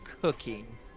cooking